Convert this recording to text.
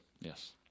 Yes